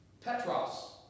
Petros